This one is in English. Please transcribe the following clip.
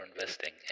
investing